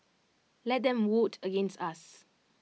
let them vote against us